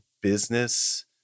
business